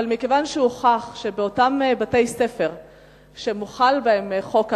אבל מכיוון שהוכח שבאותם בתי-ספר שמוחל בהם חוק ההזנה,